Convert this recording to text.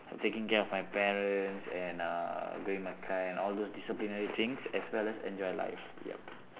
taking care of my parents and uh doing that kind all those disciplinary things as well as enjoy life yup